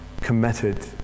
committed